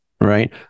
right